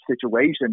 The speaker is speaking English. situation